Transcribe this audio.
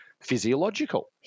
physiological